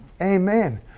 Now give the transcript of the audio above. Amen